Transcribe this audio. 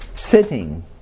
Sitting